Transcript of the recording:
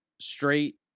straight